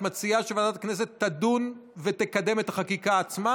את מציעה שוועדת הכנסת תדון ותקדם את החקיקה עצמה,